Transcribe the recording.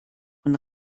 von